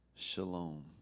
Shalom